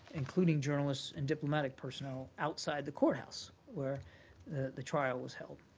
including journalists and diplomatic personnel outside the courthouse where the trial was held.